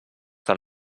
del